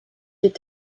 dit